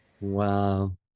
Wow